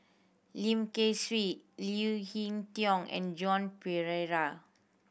Lim Kay Siu Leo Hee Tong and Joan Pereira